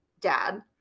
dad